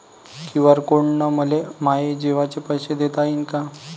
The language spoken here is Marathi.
क्यू.आर कोड न मले माये जेवाचे पैसे देता येईन का?